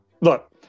Look